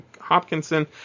Hopkinson